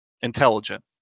intelligent